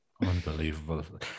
Unbelievable